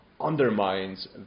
undermines